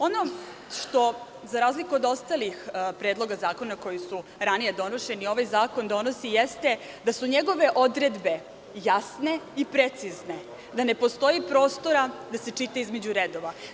Ono što za razliku od ostalih predloga zakona koji su ranije donošeni ovaj zakon donosi jeste da su njegove odredbe jasne i precizne, da ne postoji prostora da se čita između redova.